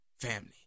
family